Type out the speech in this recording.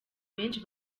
benshi